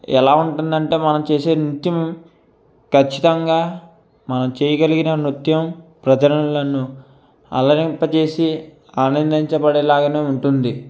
ఎలా ఉంటుందంటే మనం చేసే నృత్యం ఖచ్చితంగా మనం చేయగలిగిన నృత్యం ప్రజలను అలరింపజేసి ఆనందించబడే లాగానే ఉంటుంది